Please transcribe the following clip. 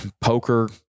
poker